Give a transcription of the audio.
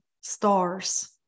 stars